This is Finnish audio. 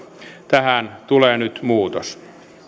tähän tulee nyt muutos